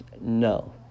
No